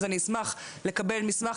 אז אשמח לקבל מסמך,